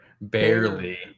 Barely